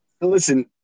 Listen